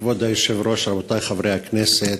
כבוד היושב-ראש, רבותי חברי הכנסת,